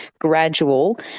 gradual